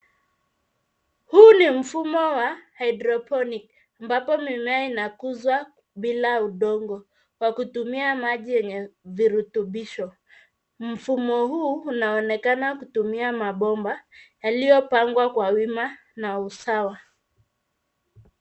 Huu ni mfumo wa hydroponic, ambapo mimea inakuzwa bila udongo, ikitumia maji yenye virutubisho. Mfumo unaoonekana hapa umetengenezwa kwa kutumia mabomba maalum yaliyopangwa kwa wima na usawa